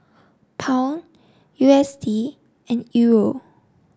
Pound U S D and Euro